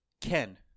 Ken